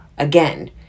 Again